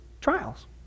trials